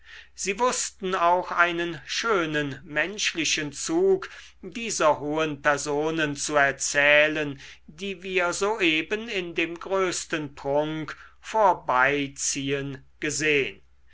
sie wußten auch einen schönen menschlichen zug dieser hohen personen zu erzählen die wir soeben in dem größten prunk vorbeiziehen gesehn